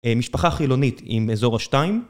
משפחה חילונית עם אזור השתיים